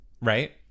right